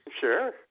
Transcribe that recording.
Sure